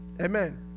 Amen